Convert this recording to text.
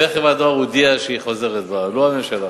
וחברת הדואר הודיעה שהיא חוזרת בה, לא הממשלה.